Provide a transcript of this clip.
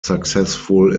successful